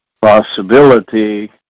possibility